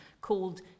called